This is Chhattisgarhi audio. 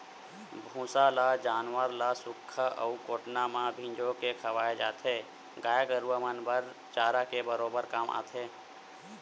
भूसा ल जानवर ल सुख्खा अउ कोटना म फिंजो के खवाय जाथे, गाय गरुवा मन बर चारा के बरोबर काम आथे